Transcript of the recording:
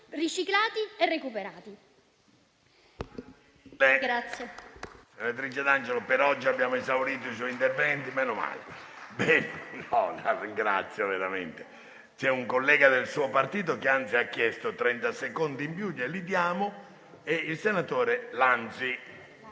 riciclati e recuperati.